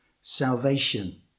salvation